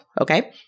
Okay